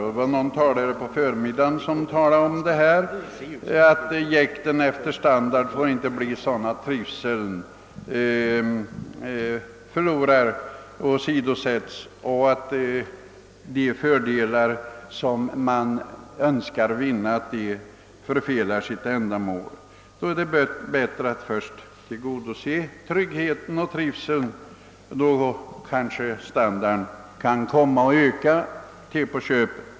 Någon av talar na under förmiddagen framhöll att jakten efter standard inte får gå så långt att trivseln går förlorad och att de fördelar som man önskar vinna därigenom förfelar sitt syfte. är det då inte bättre att först tillgodose tryggheten och trivseln? Då kommer kanske standarden att öka på köpet.